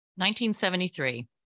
1973